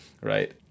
Right